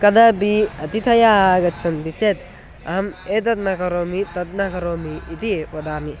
कदापि अतिथयः आगच्छन्ति चेत् अहम् एतत् न करोमि तद् न करोमि इति वदामि